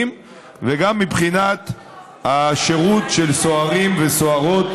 וגם מבחינת השירות של סוהרים וסוהרות